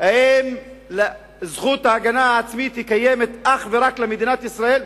האם זכות ההגנה העצמית קיימת אך ורק למדינת ישראל,